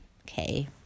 Okay